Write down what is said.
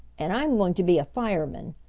and i'm going to be a fireman.